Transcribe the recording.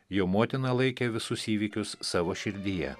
jo motina laikė visus įvykius savo širdyje